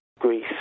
Greece